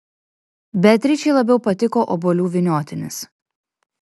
beatričei labiau patiko obuolių vyniotinis